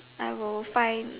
I will find